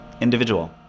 individual